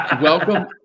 welcome